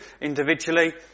individually